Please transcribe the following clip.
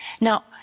Now